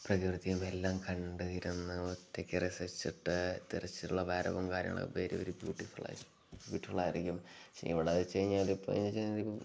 പ്രകൃതിയും എല്ലാം കണ്ടിരുന്ന ഒറ്റക്ക് രസിച്ചിട്ട് തിരിച്ചുള്ള വരവും കാര്യങ്ങളൊക്കെ വേരി വെരി ബ്യൂട്ടിഫുൾ ആയി ബ്യൂട്ടിഫുൾ ആയിരിക്കും പക്ഷേ ഇവിടെന്ന് വെച്ച് കഴിഞ്ഞാൽ ഇപ്പം എന്ന് വെച്ച് കഴിഞ്ഞാൽ